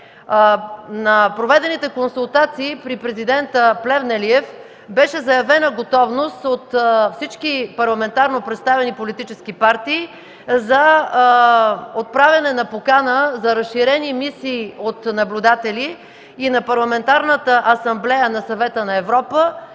На проведените консултации при президента Плевнелиев беше заявена готовност от всички парламентарно представени политически партии за отправяне на покана за разширени мисии от наблюдатели и на Парламентарната асамблея на Съвета на Европа,